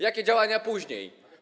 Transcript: Jakie działania później?